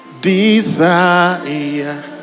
desire